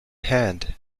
hand